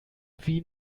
wie